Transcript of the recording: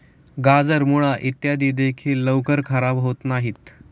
गाजर, मुळा इत्यादी देखील लवकर खराब होत नाहीत